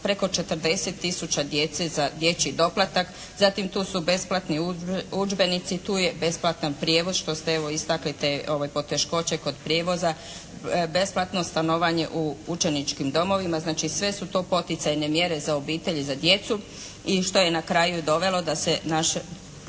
preko 40 tisuća djece za dječji doplatak. Zatim tu su besplatni udžbenici, tu je besplatan prijevoz što ste evo istakli te poteškoće kod prijevoza, besplatno stanovanje u učeničkim domovima. Znači sve su to poticajne mjere za obitelji za djecu. I što je na kraju dovelo da se naš